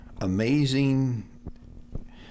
amazing